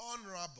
honorable